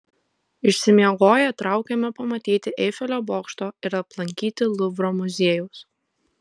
išsimiegoję traukėme pamatyti eifelio bokšto ir aplankyti luvro muziejaus